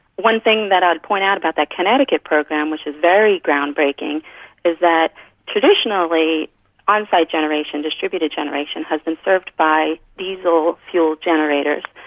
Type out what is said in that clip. one thing that i'd point out about that connecticut program which is very groundbreaking is that traditionally on-site generation, distributed generation, has been served by diesel fuel generators.